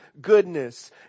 goodness